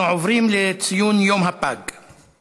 אנחנו עוברים לציון יום הפג,